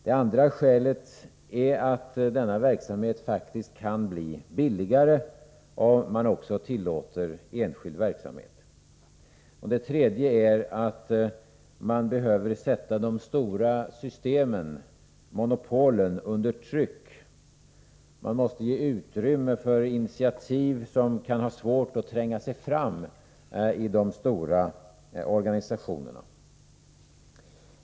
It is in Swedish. Det andra skälet är att denna verksamhet faktiskt kan bli billigare om man tillåter enskilda projekt. Det tredje skälet är att man behöver sätta monopolverksamhet under tryck. Man måste ge utrymme för initiativ som kan ha svårt att tränga fram i de stora organisationerna.